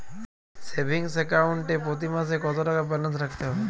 Savings account এ প্রতি মাসে কতো টাকা ব্যালান্স রাখতে হবে?